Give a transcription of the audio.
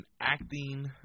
acting